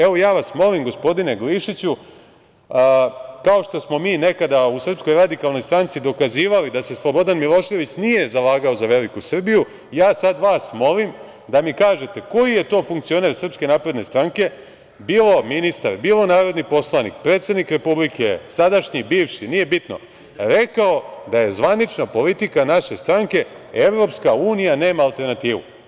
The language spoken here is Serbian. Evo, ja vas molim, gospodine Glišiću, kao što smo nekada u SRS dokazivali da se Slobodan Milošević nije zalagao za veliku Srbiju, ja sada vas molim da mi kažete koji je to funkcioner SNS, bilo ministar, bilo narodni poslanik, predsednik Republike, sadašnji, bivši, nije bitno, rekao da je zvanična politika naše stranke – EU nema alternativu.